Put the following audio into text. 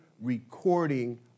recording